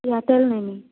Airtel ନେମି